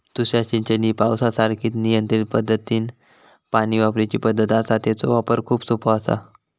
तुषार सिंचन ही पावसासारखीच नियंत्रित पद्धतीनं पाणी वापरूची पद्धत आसा, तेचो वापर खूप सोपो आसा